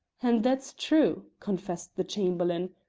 and that's true, confessed the chamberlain.